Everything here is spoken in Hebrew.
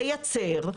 לייצר,